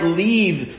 leave